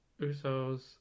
Usos